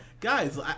guys